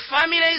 families